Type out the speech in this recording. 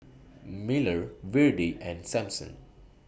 Miller Virdie and Sampson